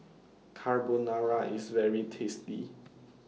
Carbonara IS very tasty